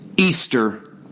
Easter